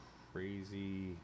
crazy